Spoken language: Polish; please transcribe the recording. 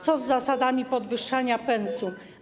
Co z zasadami podwyższania pensum?